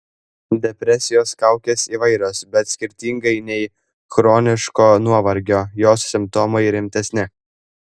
depresijos kaukės įvairios bet skirtingai nei chroniško nuovargio jos simptomai rimtesni